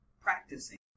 practicing